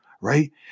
right